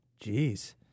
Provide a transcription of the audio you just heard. Jeez